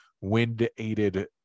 wind-aided